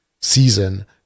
season